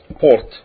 port